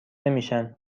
نمیشن